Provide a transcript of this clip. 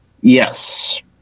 Yes